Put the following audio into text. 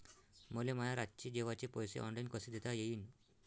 मले माया रातचे जेवाचे पैसे ऑनलाईन कसे देता येईन?